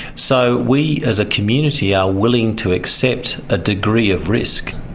so we as a community are willing to accept a degree of risk.